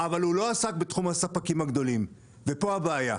הוא לא עסק בתחום הספקים הגדולים ופה הבעיה,